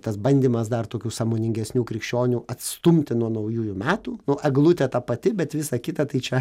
tas bandymas dar tokių sąmoningesnių krikščionių atstumti nuo naujųjų metų nu eglutė ta pati bet visa kita tai čia